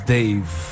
Dave